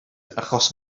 achos